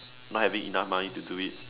not having enough money to do it